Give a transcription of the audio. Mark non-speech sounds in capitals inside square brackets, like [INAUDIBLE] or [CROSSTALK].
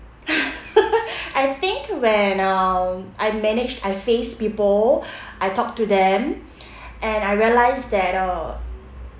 [LAUGHS] I think when um I managed I faced people I talk to them and I realise that uh